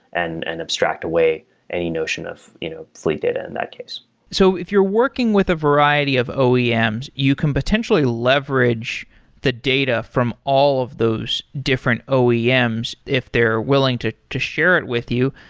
and and abstract away any notion of you know fleet data in that case so if you're working with a variety of oems, you can potentially leverage the data from all of those different oems if they're willing to to share it with you.